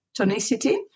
tonicity